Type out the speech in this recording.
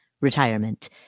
retirement